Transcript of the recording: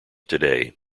today